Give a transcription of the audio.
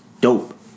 dope